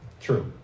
True